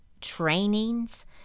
trainings